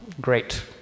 great